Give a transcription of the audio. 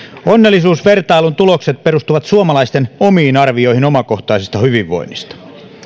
onnellisuusvertailun tulokset perustuvat suomalaisten omiin arvioihin omakohtaisesta hyvinvoinnista